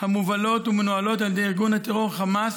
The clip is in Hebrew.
המובלות ומנוהלות על ידי ארגון הטרור חמאס,